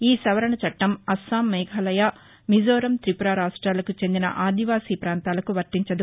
ఈ సవరణ చట్టం అస్సాం మేఘాలయ మిజోరం తిపుర రాష్ట్లకు చెందిన ఆదివాసీ పాంతాలకు వర్తించదు